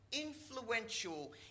influential